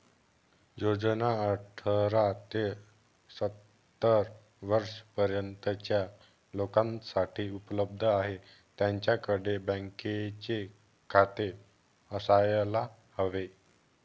योजना अठरा ते सत्तर वर्षा पर्यंतच्या लोकांसाठी उपलब्ध आहे, त्यांच्याकडे बँकेचे खाते असायला हवे